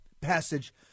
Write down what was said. passage